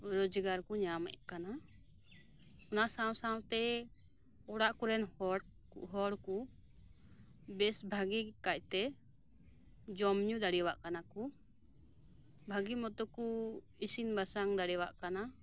ᱨᱚᱡᱽᱜᱟᱨ ᱠᱚ ᱧᱟᱢᱮᱫ ᱠᱟᱱᱟ ᱚᱱᱟ ᱥᱟᱶ ᱥᱟᱶᱛᱮ ᱚᱲᱟᱜ ᱠᱚᱨᱮᱱ ᱦᱚᱲ ᱦᱚᱲ ᱠᱚ ᱵᱮᱥ ᱵᱷᱟᱜᱤ ᱠᱟᱭᱛᱮ ᱡᱚᱢᱧᱩ ᱫᱟᱲᱮᱭᱟᱜ ᱠᱟᱱᱟᱠᱚ ᱵᱷᱟᱹᱜᱤ ᱢᱚᱛᱚᱠᱚ ᱤᱥᱤᱱ ᱵᱟᱥᱟᱝ ᱫᱟᱲᱮᱭᱟᱜ ᱠᱟᱱᱟ